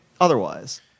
otherwise